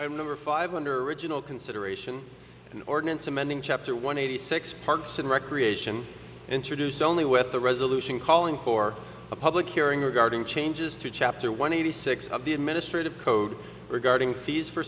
am number five under original consideration and ordinance amending chapter one eighty six parks and recreation introduce only with the resolution calling for a public hearing regarding changes to chapter one eighty six of the administrative code regarding fees for